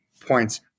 points